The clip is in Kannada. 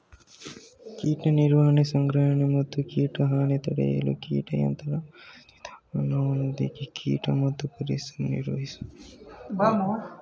ಕೀಟ ನಿರ್ವಹಣೆ ಸಂಗ್ರಹಣೆ ಮತ್ತು ಕೀಟ ಹಾನಿ ತಡೆಯಲು ಕೀಟ ನಿಯಂತ್ರಣ ವಿಧಾನದೊಂದಿಗೆ ಕೀಟ ಮತ್ತು ಪರಿಸರ ನಿರ್ವಹಿಸೋದಾಗಿದೆ